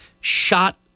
shot